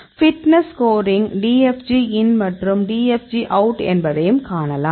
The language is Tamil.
ஃபிட்னஸ் ஸ்கோரிங் DFG இன் மற்றும் DFG அவுட் என்பதையும் காணலாம்